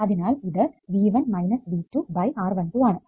അതിനാൽ ഇത് V1 V2 R12 ആണ്